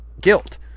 guilt